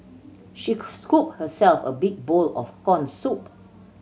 she scooped herself a big bowl of corn soup